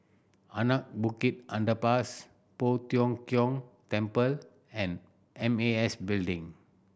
Anak Bukit Underpass Poh Tiong Kiong Temple and M A S Building